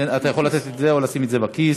אתה יכול לתת את זה או לשים את זה בכיס.